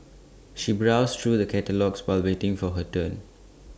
she browsed through the catalogues while waiting for her turn